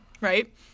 right